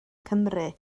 cymru